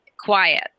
quiet